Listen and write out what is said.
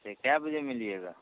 वैसे कै बजे मिलिएगा